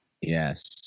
Yes